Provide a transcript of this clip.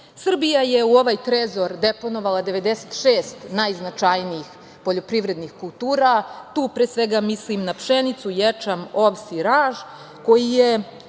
sveta. Srbija je u ovaj trezor deponovala 96 najznačajnijih poljoprivrednih kultura, tu pre svega mislim na pšenicu, ječam, ovas i raž, koji je